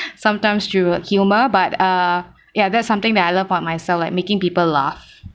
sometimes through humour but uh ya that's something that I love about myself like making people laugh